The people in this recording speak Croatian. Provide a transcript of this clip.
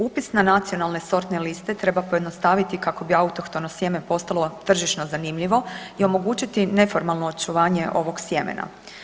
Upis na nacionalne sortne liste treba pojednostaviti kako bi autohtono sjeme postalo tržišno zanimljivo i omogućiti neformalno očuvanje ovog sjemena.